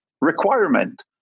requirement